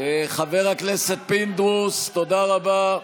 חבר הכנסת פינדרוס, תודה רבה.